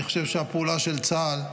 אני חושב שהפעולה של צה"ל,